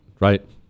right